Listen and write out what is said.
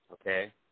okay